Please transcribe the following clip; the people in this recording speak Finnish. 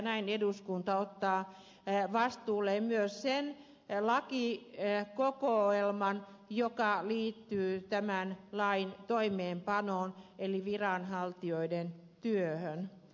näin eduskunta ottaa vastuulleen myös sen lakikokoelman joka liittyy tämän lain toimeenpanoon eli viranhaltijoiden työhön